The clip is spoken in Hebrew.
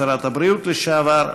שרת הבריאות לשעבר,